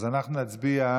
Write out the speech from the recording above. אז אנחנו נצביע,